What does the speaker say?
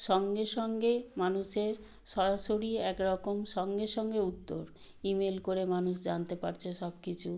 সঙ্গে সঙ্গে মানুষের সরাসরি এক রকম সঙ্গে সঙ্গে উত্তর ইমেল করে মানুষ জানতে পারছে সব কিছু